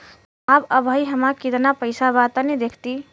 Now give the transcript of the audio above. साहब अबहीं हमार कितना पइसा बा तनि देखति?